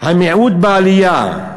המיעוט בעלייה,